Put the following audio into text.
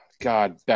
God